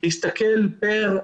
להסתכל פר,